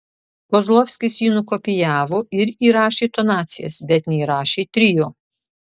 kozlovskis jį nukopijavo ir įrašė tonacijas bet neįrašė trio